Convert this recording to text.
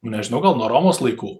nu nežinau gal nuo romos laikų